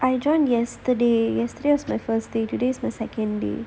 I joined yesterday yesterday was my first day today is the second day